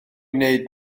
wneud